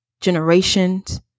generations